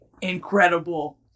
incredible